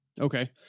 Okay